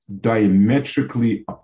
diametrically